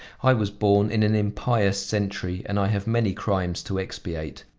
i was born in an impious century, and i have many crimes to expiate.